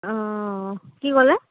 অঁ কি ক'লে